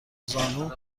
زانو